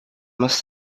must